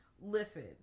Listen